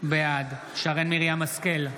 בעד שרן מרים השכל,